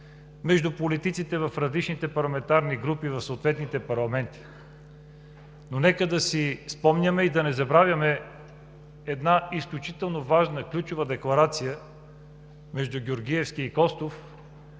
между политиците в различните парламентарни групи в съответните парламенти. Но нека да си спомняме и да не забравяме една изключително важна, ключова декларация между Георгиевски и Костов,